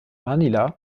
manila